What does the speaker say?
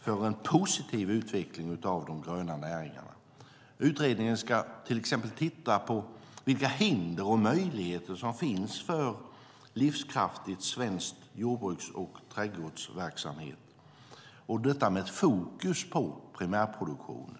för en positiv utveckling av de gröna näringarna. Utredningen ska till exempel titta på vilka hinder och möjligheter som finns för en livskraftig svensk jordbruks och trädgårdsverksamhet, och detta med fokus på primärproduktionen.